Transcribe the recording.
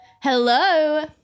Hello